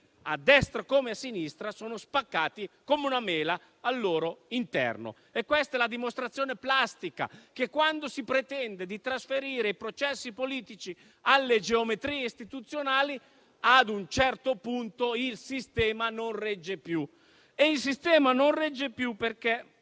a destra come a sinistra, sono spaccati come una mela al loro interno. Questa è la dimostrazione plastica che quando si pretende di trasferire i processi politici alle geometrie istituzionali, ad un certo punto, il sistema non regge più. Ciò accade perché